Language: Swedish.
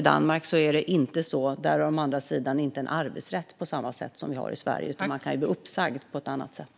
I Danmark är det inte så. Där har de å andra sidan inte en arbetsrätt på samma sätt som vi har i Sverige, utan man kan bli uppsagd på ett annat sätt.